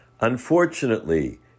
Unfortunately